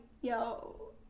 yo